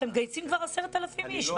אתם מגייסים כבר 10,000 איש,